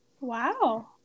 Wow